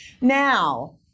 Now